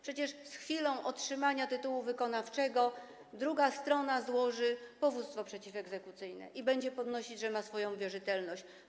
Przecież z chwilą otrzymania tytułu wykonawczego druga strona złoży powództwo przeciwegzekucyjne i będzie podnosić, że ma swoją wierzytelność.